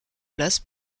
place